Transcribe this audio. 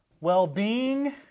well-being